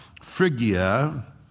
Phrygia